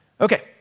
Okay